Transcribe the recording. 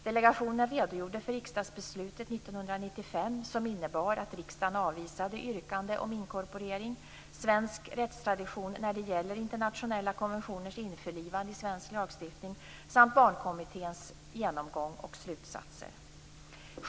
Delegationen redogjorde för riksdagsbeslutet 1995, som innebar att riksdagen avvisade yrkande om inkorporering, svensk rättstradition när det gäller internationella konventioners införlivande i svensk lagstiftning samt Barnkommitténs genomgång och slutsatser.